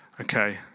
Okay